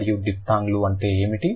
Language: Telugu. మరియు డిఫ్థాంగ్ లు ఏమిటి